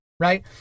right